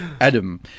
Adam